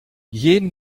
jeden